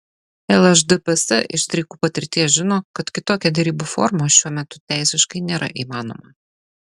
lšdps iš streikų patirties žino kad kitokia derybų forma šiuo metu teisiškai nėra įmanoma